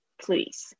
please